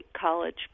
college